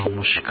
নমস্কার